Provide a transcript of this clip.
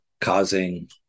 causing